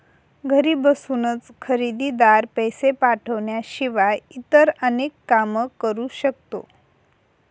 घरी बसूनच खरेदीदार, पैसे पाठवण्याशिवाय इतर अनेक काम करू शकतो